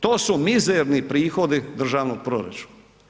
To su mizerni prohodi državnog proračuna.